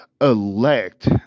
elect